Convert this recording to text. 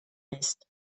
fest